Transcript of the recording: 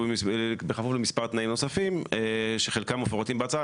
בכפוף למספר תנאים נוספים, שחלקם מפורטים בהצעה.